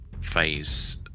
Phase